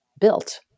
built